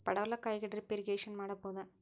ಪಡವಲಕಾಯಿಗೆ drip irrigation ಮಾಡಬೋದ?